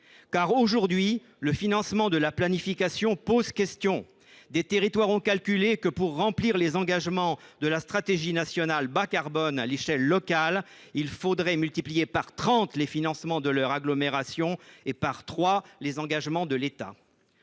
Aujourd’hui, le financement de la planification écologique pose question. Des territoires ont calculé que, pour remplir les engagements de la stratégie nationale bas carbone à l’échelle locale, il faudrait multiplier par trente les financements de leur agglomération et par trois les engagements de l’État.